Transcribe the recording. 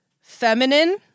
feminine